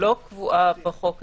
לא קבועה בחוק הזה,